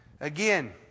Again